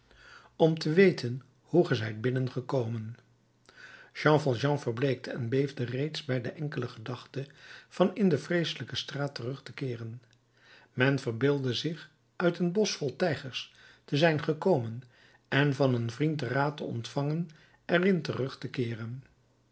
om te weten hoe ge zijt binnengekomen jean valjean verbleekte en beefde reeds bij de enkele gedachte van in de vreeselijke straat terug te keeren men verbeelde zich uit een bosch vol tijgers te zijn gekomen en van een vriend den raad te ontvangen er in terug te keeren